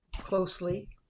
closely